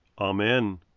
Amen